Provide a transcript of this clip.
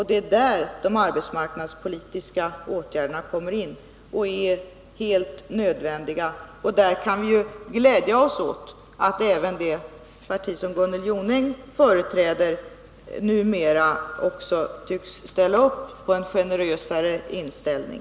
Det är där de arbetsmarknadspolitiska åtgärderna kommer in och är helt nödvändiga, och vi kan ju glädja oss åt att även det parti som Gunnel Jonäng företräder numera tycks ställa upp på en generösare inställning.